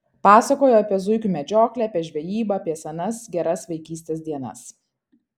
pasakojo apie zuikių medžioklę apie žvejybą apie senas geras vaikystės dienas